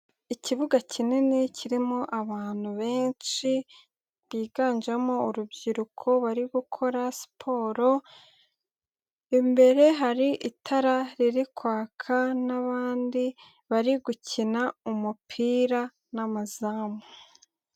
Ikibuga kinini kirimo abantu benshi, biganjemo urubyiruko bari gukora siporo, imbere hari itara riri kwaka n'abandi bari gukina umupira n'amazamu.